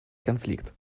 конфликт